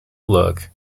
look